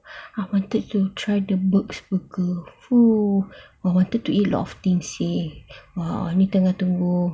I wanted to try the burgs punya burger oh I wanted to eat a lot of things eh !wah! ni tengah tunggu